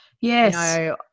Yes